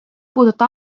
puuduta